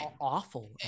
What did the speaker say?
awful